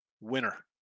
Winner